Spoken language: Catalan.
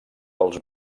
dels